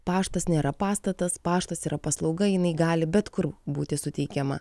paštas nėra pastatas paštas yra paslauga jinai gali bet kur būti suteikiama